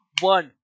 one